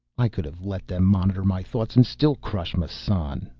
i could have let them monitor my thoughts and still crush massan,